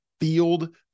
Field